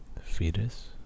fetus